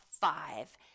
five